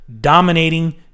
dominating